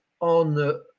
on